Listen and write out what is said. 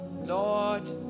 Lord